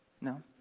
no